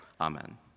Amen